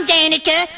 Danica